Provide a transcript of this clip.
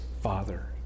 Father